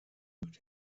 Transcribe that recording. but